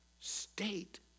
state